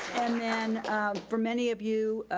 and then for many of you,